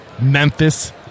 Memphis